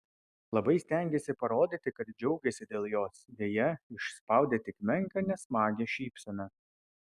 labai stengėsi parodyti kad džiaugiasi dėl jos deja išspaudė tik menką nesmagią šypseną